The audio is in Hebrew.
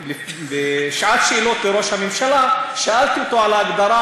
בשעת שאלות לראש הממשלה שאלתי אותו על ההגדרה,